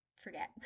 forget